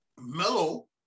Mellow